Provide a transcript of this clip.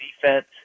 defense